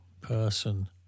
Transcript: person